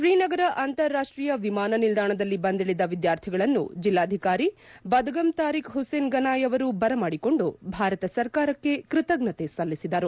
ಶ್ರೀನಗರ ಅಂತಾರಾಷ್ಟೀಯ ವಿಮಾನ ನಿಲ್ದಾಣದಲ್ಲಿ ಬಂದಿಳಿದ ವಿದ್ಯಾರ್ಥಿಗಳನ್ನು ಜಿಲ್ದಾಧಿಕಾರಿ ಬದಗಮ್ ತಾರಿಖ್ ಉಸೇನ್ ಗನಾಯ್ ಅವರು ಬರಮಾಡಿಕೊಂಡು ಭಾರತ ಸರ್ಕಾರಕ್ಕೆ ಕೃತಜ್ಞತೆ ಸಲ್ಲಿಸಿದರು